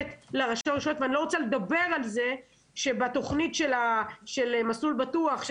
אני לא רוצה לדבר על זה שבתוכנית של מסלול בטוח,